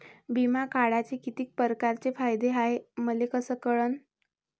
बिमा काढाचे कितीक परकारचे फायदे हाय मले कस कळन?